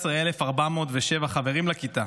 19,407 חברים לכיתה